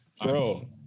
Bro